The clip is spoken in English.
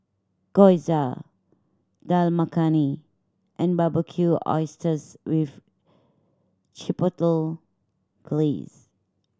Gyoza Dal Makhani and Barbecued Oysters with Chipotle Glaze